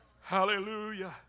Hallelujah